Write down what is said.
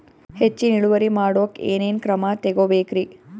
ಹೆಚ್ಚಿನ್ ಇಳುವರಿ ಮಾಡೋಕ್ ಏನ್ ಏನ್ ಕ್ರಮ ತೇಗೋಬೇಕ್ರಿ?